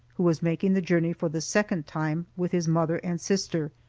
who was making the journey for the second time, with his mother and sister.